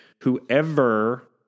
whoever